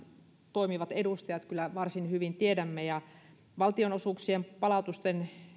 toimivat edustajat kyllä varsin hyvin tiedämme valtionosuuksien palautusten